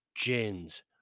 gins